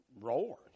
roared